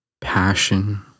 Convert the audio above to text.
passion